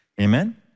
Amen